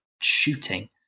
shooting